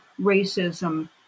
racism